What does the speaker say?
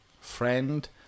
friend